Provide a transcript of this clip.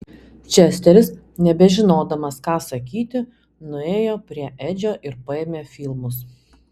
česteris nebežinodamas ką sakyti nuėjo prie edžio ir paėmė filmus